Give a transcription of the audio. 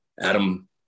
Adam